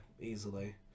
easily